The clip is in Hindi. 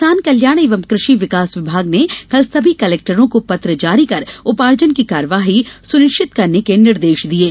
किसान कल्याण एवं कृषि विकास विभाग ने कल सभी कलेक्टरों को पत्र जारी कर उपार्जन की कार्यवाही सुनिश्चित करने के निर्देश दिये हैं